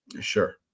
Sure